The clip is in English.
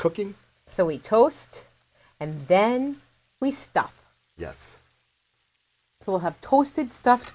cooking so we toast and then we stuff yes we'll have toasted stuffed